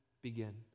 begin